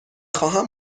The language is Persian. خواهم